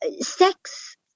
sex